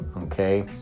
Okay